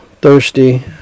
thirsty